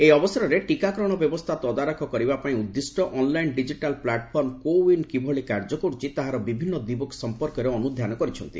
ଏହି ଅବସରରେ ଟିକାକରଣ ବ୍ୟବସ୍କା ତଦାରଖ କରିବା ପାଇଁ ଉଦ୍ଦିଷ୍ଟ online digital platform CoWIN କିଭଳି କାର୍ଯ୍ୟ କରୁଛି ତାହାର ବିଭିନ୍ନ ଦିଗ ସମ୍ପର୍କରେ ଅନୁଧ୍ୟାନ କରିଛନ୍ତି